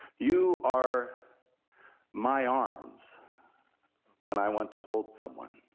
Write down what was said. you are my arms when i want to hold someone,